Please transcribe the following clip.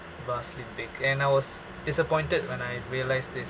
vastly big and I was disappointed when I realised this